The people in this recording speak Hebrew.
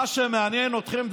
מה שמעניין אתכם,